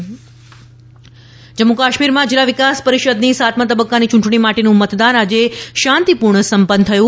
જમ્મુ કાશ્મીર જમ્મુ કાશ્મીરમાં જીલ્લા વિકાસ પરિષદની સાતમા તબ્બકાની યૂંટણી માટેનું મતદાન આજે શાંતિપૂર્ણ સંપન્ન થયું